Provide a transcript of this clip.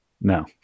No